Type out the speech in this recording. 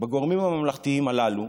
בגורמים הממלכתיים הללו,